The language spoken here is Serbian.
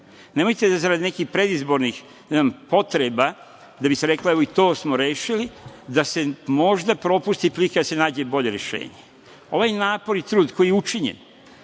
Nemojte zarad nekih predizbornih potreba, da bi se reklo - evo, i to smo rešili, da se možda propusti prilika da se nađe bolje rešenje. Ovaj napor i trud koji je učinjen,